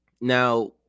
Now